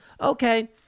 Okay